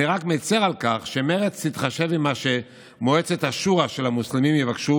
אני רק מצר על כך שמרצ תתחשב במה שמועצת השורא של המוסלמים תבקש,